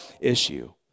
issue